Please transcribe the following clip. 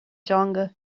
dteanga